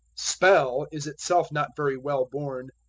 spell is itself not very well-born.